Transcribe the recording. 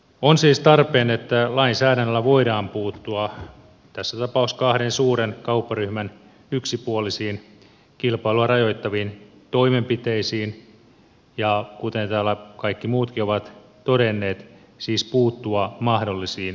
on siis tarpeen että lainsäädännöllä voidaan puuttua tässä tapauksessa kahden suuren kaupparyhmän yksipuolisiin kilpailua rajoittaviin toimenpiteisiin ja kuten täällä kaikki muutkin ovat todenneet puuttua siis mahdollisiin väärinkäytöksiin